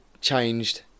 changed